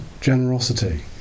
Generosity